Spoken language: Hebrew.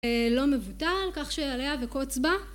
לא מבוטל כך שאליה וקוץ בה